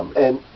and,